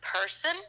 person